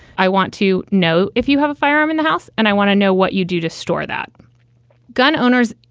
i want to know if you have a firearm in the house and i want to know what you do to store that gun owners.